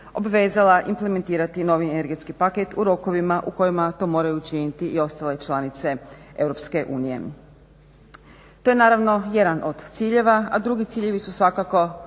obvezala implementirati novi energetski paket u rokovima u kojima to moraju učiniti i ostale članice EU. To je naravno jedan od ciljeva, a drugi ciljevi su svakako